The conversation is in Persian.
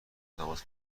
تماس